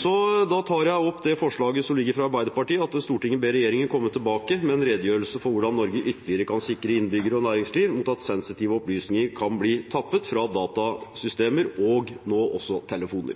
Så tar jeg opp det forslaget som ligger her fra Arbeiderpartiet, om at Stortinget ber regjeringen komme tilbake med en redegjørelse for hvordan Norge ytterligere kan sikre innbyggere og næringsliv mot at sensitive opplysninger kan bli tappet fra datasystemer og nå også telefoner.